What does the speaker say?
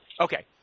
Okay